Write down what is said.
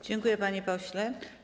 Dziękuję, panie pośle.